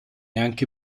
anche